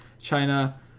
China